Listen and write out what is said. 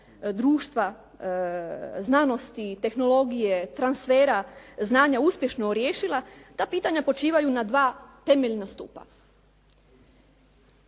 društva znanosti i tehnologije, transfera znanja uspješno riješila ta pitanja počivaju na dva temeljna stupa.